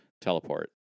teleport